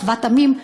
אחוות עמים,